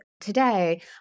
today